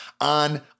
on